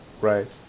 Right